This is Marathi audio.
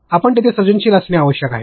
आपण तेथे सर्जनशील असणे आवश्यक आहे